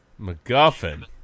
MacGuffin